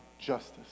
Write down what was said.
justice